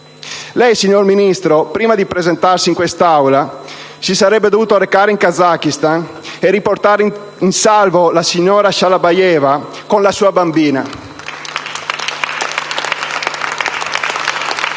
Lei, signor Ministro, prima di presentarsi in quest'Aula, si sarebbe dovuto recare in Kazakistan e riportare in salvo la signora Shalabayeva con la sua bambina.